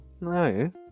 No